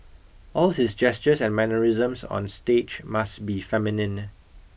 all his gestures and mannerisms on stage must be feminine